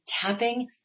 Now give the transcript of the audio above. tapping